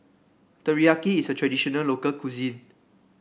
teriyaki is a traditional local cuisine